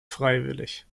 freiwillig